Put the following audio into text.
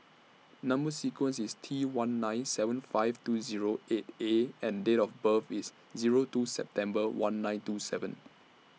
Number sequence IS T one nine seven five two Zero eight A and Date of birth IS Zero two September one nine two seven